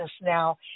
now